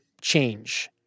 change